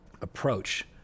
approach